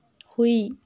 ꯍꯨꯏ